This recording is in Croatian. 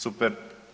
Super.